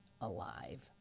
alive